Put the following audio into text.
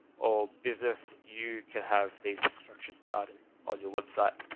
or business. you can have these structures dotted on your website.